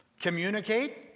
Communicate